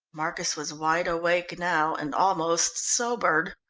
marcus was wide awake now, and almost sobered.